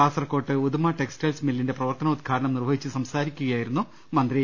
കാസർക്കോട്ട് ഉദുമ ടെക്സ്റ്റൈൽസ് മില്ലിന്റെ പ്രവർത്തനോദ്ഘാ ടനം നിർവഹിച്ച് സംസാരിക്കുകയായിരുന്നു മന്ത്രി